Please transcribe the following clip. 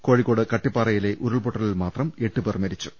കോഴിക്കോട് കട്ടിപ്പാറയിലെ ഉരുൾപ്പൊട്ടലിൽ മാത്രം എട്ട് പേർ മരിച്ചു